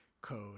code